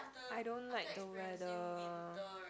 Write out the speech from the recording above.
I don't like the weather